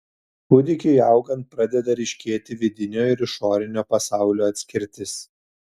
kūdikiui augant pradeda ryškėti vidinio ir išorinio pasaulio atskirtis